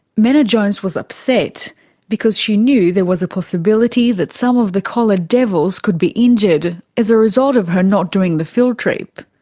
menna jones was upset because she knew there was a possibility that some of the collared devils could be injured as a result of her not doing the field trip.